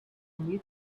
new